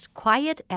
quiet